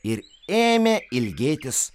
ir ėmė ilgėtis